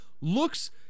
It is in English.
looks